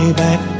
back